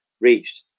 reached